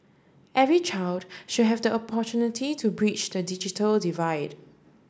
every child should have the opportunity to bridge the digital divide